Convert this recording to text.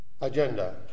agenda